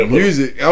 music